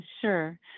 Sure